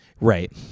Right